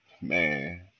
Man